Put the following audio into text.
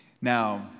Now